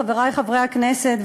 חברי חברי הכנסת,